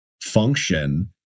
function